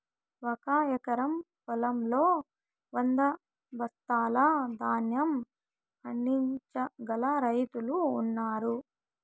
ఒక ఎకరం పొలంలో వంద బస్తాల ధాన్యం పండించగల రైతులు ఉన్నారు